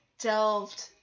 delved